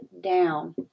down